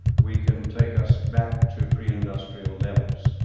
we can take us back to pre-industrial levels,